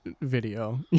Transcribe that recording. video